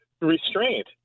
restraint